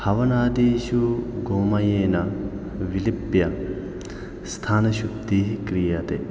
हवणादिषु गोमयेन विलिप्य स्थानशुद्धिः क्रियते